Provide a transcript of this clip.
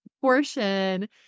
portion